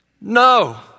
No